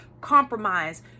compromise